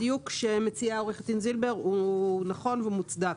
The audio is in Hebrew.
הדיוק שמציעה עורכת דין זילבר הוא נכון והוא מוצדק,